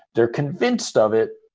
they're convinced of it,